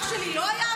אח שלי לא היה?